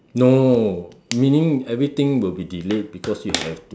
no meaning everything will be delayed because you have to